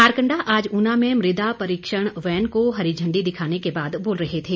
मारकंडा आज ऊना में मृदा परीक्षण वैन को हरी झंडी दिखाने के बाद बोल रहे थे